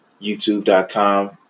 youtube.com